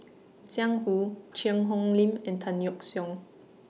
Jiang Hu Cheang Hong Lim and Tan Yeok Seong